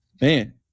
Man